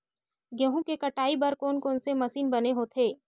गेहूं के कटाई बर कोन कोन से मशीन बने होथे?